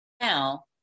now